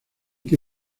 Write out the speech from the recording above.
que